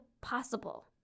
possible